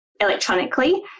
Electronically